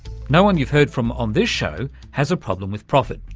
no-one you've heard from on this show has a problem with profit,